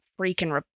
freaking